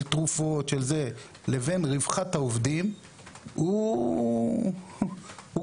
של תרופות, --- לבין רווחת העובדים הוא קורע.